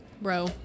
Bro